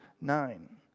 nine